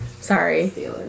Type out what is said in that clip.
Sorry